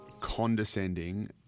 condescending